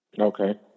Okay